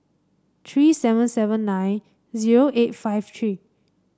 three seven seven nine zero eight five three